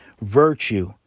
virtue